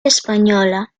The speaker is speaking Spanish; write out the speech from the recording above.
española